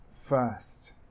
first